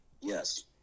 Yes